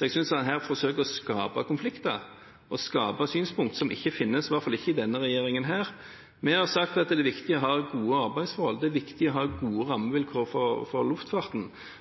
Jeg synes at en her forsøker å skape konflikter og synspunkter som ikke finnes, i hvert fall ikke i denne regjeringen. Vi har sagt at det er viktig å ha gode arbeidsforhold, det er viktig å ha gode rammevilkår for luftfarten.